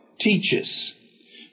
teaches